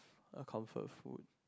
a comfort food